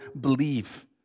believe